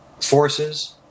forces